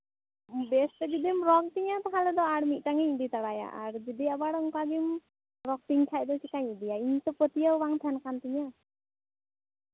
ᱵᱮᱥ ᱡᱩᱫᱤᱢ ᱨᱚᱜᱽ ᱛᱤᱧᱟᱹ ᱛᱟᱦᱞᱮ ᱫᱚ ᱟᱨ ᱢᱤᱫᱴᱮᱱᱤᱧ ᱤᱫᱤ ᱛᱚᱨᱟᱭᱟ ᱡᱩᱫᱤ ᱟᱵᱟᱨ ᱚᱱᱠᱟ ᱜᱮᱢ ᱨᱚᱜᱽ ᱛᱤᱧ ᱠᱷᱟᱱ ᱫᱚ ᱪᱤᱠᱟᱹᱧ ᱤᱫᱤᱭᱟ ᱤᱧ ᱛᱚ ᱯᱟᱹᱛᱭᱟᱹᱣ ᱵᱟᱝ ᱛᱟᱦᱮᱱ ᱠᱟᱱ ᱛᱤᱧᱟᱹ